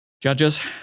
judges